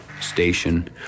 station